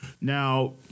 now